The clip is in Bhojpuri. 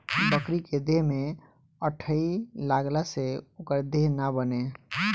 बकरी के देह में अठइ लगला से ओकर देह ना बने